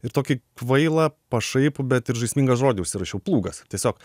ir tokį kvailą pašaipų bet ir žaismingą žodį užsirašiau plūgas tiesiog